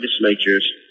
legislatures